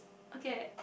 okay